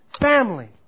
family